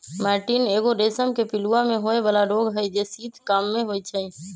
मैटीन एगो रेशम के पिलूआ में होय बला रोग हई जे शीत काममे होइ छइ